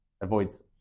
avoids